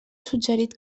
suggerit